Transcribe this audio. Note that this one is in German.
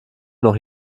noch